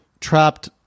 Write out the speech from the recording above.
trapped